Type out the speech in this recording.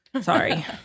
Sorry